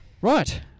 Right